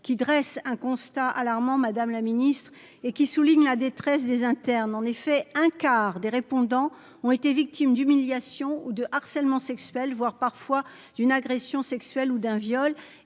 qui dresse un constat alarmant : Madame la Ministre, et qui souligne la détresse des internes, en effet, un quart des répondants ont été victimes d'humiliations ou de harcèlement sexuel, voire parfois d'une agression sexuelle ou d'un viol,